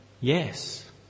Yes